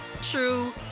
true